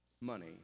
money